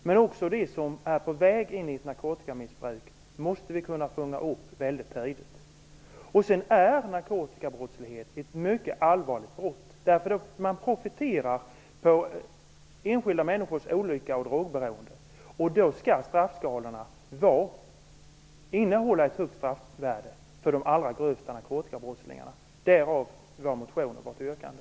Men också de som är på väg in i ett narkotikamissbruk måste vi kunna fånga upp väldigt tidigt. Narkotikabrottslighet är en mycket allvarlig brottslighet. Man profiterar på enskilda människors olycka och drogberoende. Då skall straffskalorna innehålla ett högt straffvärde för de allra grövsta narkotikabrotten. Därav vår motion och vårt yrkande.